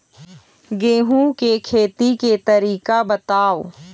गेहूं के खेती के तरीका बताव?